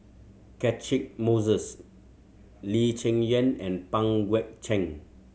Catchick Moses Lee Cheng Yan and Pang Guek Cheng